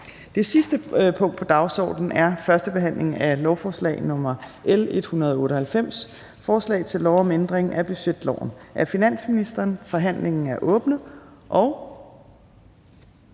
Det sidste punkt på dagsordenen er: 8) 1. behandling af lovforslag nr. L 198: Forslag til lov om ændring af budgetloven. (Lempelse af underskudsgrænse og